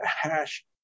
hash